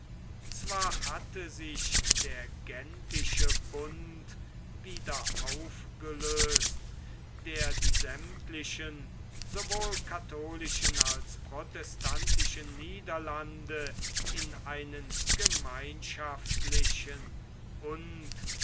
zwar hatte sich der gentische bund wieder aufgelöst der die sämmtlichen sowohl katholischen als protestantischen niederlande in einen gemeinschaftlichen und